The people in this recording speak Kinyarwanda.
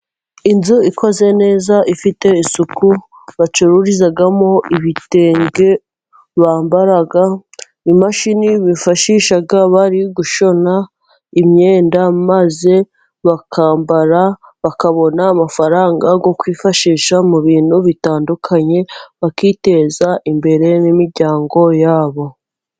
Inzu ikoze neza, ifite isuku bacururizamo ibitenge bambara, imashini bifashisha bari gushona imyenda maze bakambara, bakabona amafaranga yo kwifashisha mu bintu bitandukanye, bakiteza imbere n'imiryango yabo.